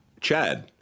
Chad